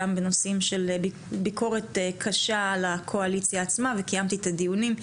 גם בנושאים של ביקורת קשה על הקואליציה עצמה וקיימתי את הדיונים,